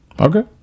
okay